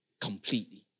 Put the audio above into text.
completely